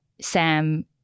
Sam